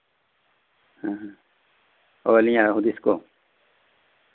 ᱚ ᱟᱹᱞᱤᱧᱟᱜ ᱦᱩᱫᱤᱥ ᱠᱚ ᱦᱮᱸ